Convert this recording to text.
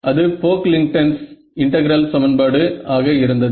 அது Pocklington's integral சமன்பாடு Pocklington's integral equation ஆக இருந்தது